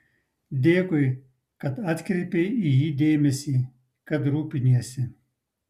dėkui kad atkreipei į jį dėmesį kad rūpiniesi